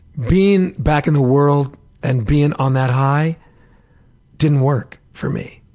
being back in the world and being on that high didn't work for me.